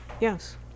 Yes